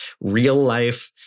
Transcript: real-life